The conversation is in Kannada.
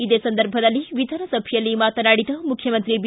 ಇದೇ ಸಂದರ್ಭದಲ್ಲಿ ವಿಧಾನಸಭೆಯಲ್ಲಿ ಮಾತನಾಡಿದ ಮುಖ್ಚಮಂತ್ರಿ ಬಿ